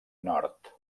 nord